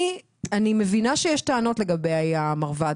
אני מבינה שיש טענות לגבי המרב"ד,